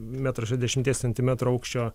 metrų šešiasdešimties centimetrų aukščio